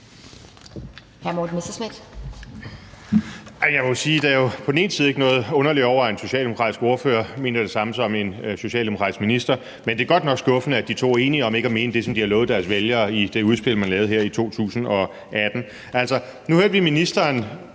Morten Messerschmidt (DF): Jeg må sige, at der jo ikke er noget underligt over, at en socialdemokratisk ordfører mener det samme som en socialdemokratisk minister, men det er godt nok skuffende, at de to er enige om ikke at mene det, som de har lovet deres vælgere i det udspil, man lavede her i 2018. Altså, nu hørte vi ministeren,